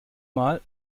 mal